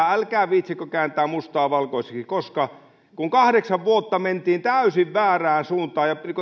älkää viitsikö kääntää mustaa valkoiseksi että kun kahdeksan vuotta mentiin täysin väärään suuntaan ja niin kuin